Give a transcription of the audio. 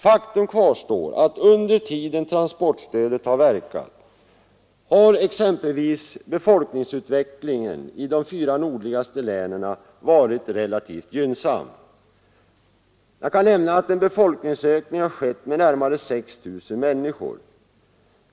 Faktum kvarstår att under den tid som transportstödet verkat har befolkningsutvecklingen i de fyra nordligaste länen varit relativt gynn sam. En befolkningsökning har skett med närmare 6 000 människor.